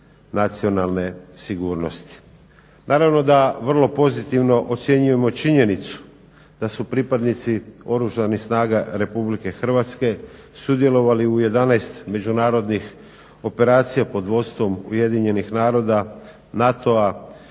Naravno da vrlo pozitivno ocjenjujemo činjenicu da su pripadnici Oružanih snaga Republike Hrvatske sudjelovali u 11 međunarodnih operacija pod vodstvom Ujedinjenih naroda, NATO-a